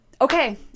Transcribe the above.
Okay